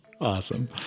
Awesome